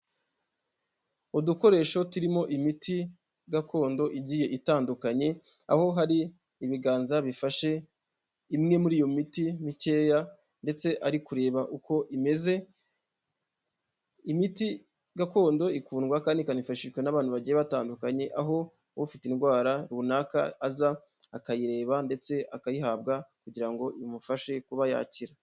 Udukoresho turimo imiti gakondo igiye itandukanye, aho hari ibiganza bifashe imwe muri iyo miti mikeya, ndetse ari kureba uko imeze, imiti gakondo ikundwa kandi ikanifashishwa n'abantu bagiye batandukanye, aho ufite indwara runaka aza akayireba ndetse akayihabwa kugira ngo imufashe kuba yakira.